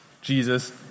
Jesus